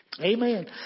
Amen